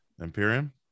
Imperium